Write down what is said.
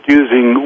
using